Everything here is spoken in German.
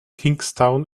kingstown